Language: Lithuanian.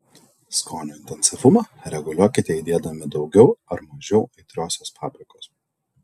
skonio intensyvumą reguliuokite įdėdami daugiau ar mažiau aitriosios paprikos